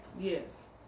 Yes